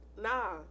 nah